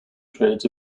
trades